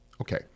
Okay